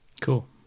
Cool